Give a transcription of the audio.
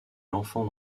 l’enfant